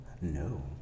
No